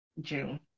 June